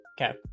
okay